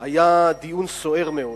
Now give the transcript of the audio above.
היה דיון סוער מאוד.